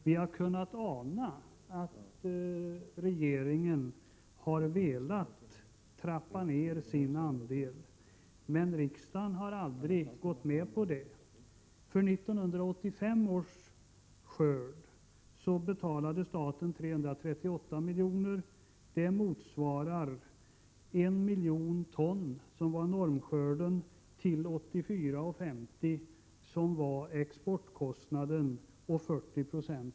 Vi har kunnat ana att regeringen har velat trappa ner sin andel, men riksdagen har aldrig gått med på det. För 1985 års skörd betalade staten 338 milj.kr. Det motsvarar 40 96 av exportkostnaden 84:50 kr. per ton för 1 miljon ton, dvs. normskörden.